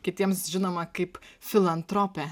kitiems žinoma kaip filantrope